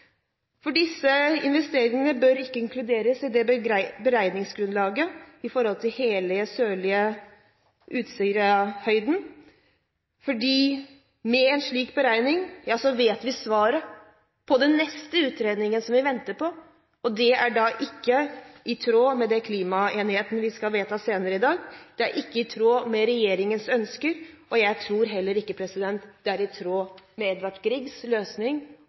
saken. Disse investeringene bør ikke inkluderes i beregningsgrunnlaget for hele den sørlige Utsirahøyden, for med en slik beregning vet vi svaret på den neste utredningen vi venter på. Og det er da ikke i tråd med den klimaenigheten vi skal vedta senere i dag, det er ikke i tråd med regjeringens ønsker, og jeg tror heller ikke det er i tråd med Edvard Griegs løsning